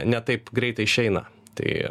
ne taip greitai išeina tai